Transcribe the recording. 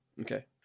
Okay